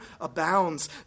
abounds